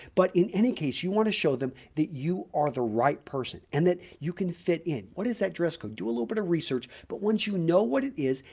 but in any case, you want to show them that you are the right person and that you can fit in. what is that dress code? do a little bit of research, but once you know what it is,